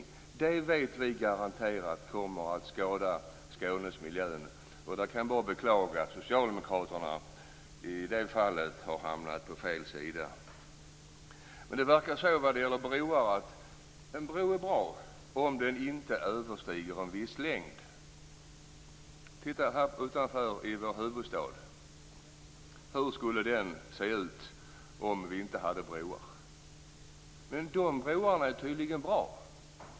Vi vet att det garanterat kommer att skada Skånes miljö. Jag kan bara beklaga att socialdemokraterna i det fallet har hamnat på fel sida. Det verkar vara så att en bro är bra om den inte överstiger en viss längd. Titta här utanför på vår huvudstad! Hur skulle den se ut om vi inte hade broar? Men de broarna är tydligen bra.